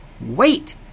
wait